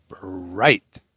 bright